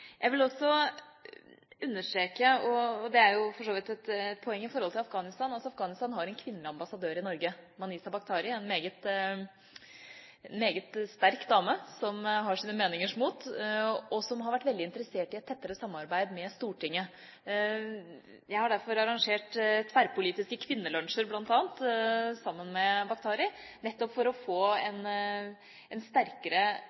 Jeg vil også understreke – og det er jo for så vidt et poeng med hensyn til Afghanistan: Afghanistan har en kvinnelig ambassadør til Norge, Manizha Bakhtari, en meget sterk dame, som har sine meningers mot, og som har vært veldig interessert i et tettere samarbeid med Stortinget. Jeg har derfor arrangert tverrpolitiske kvinnelunsjer, bl.a., sammen med Bakhtari, nettopp for å få en sterkere